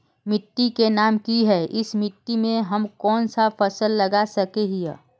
मिट्टी के नाम की है इस मिट्टी में हम कोन सा फसल लगा सके हिय?